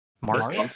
March